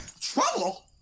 Trouble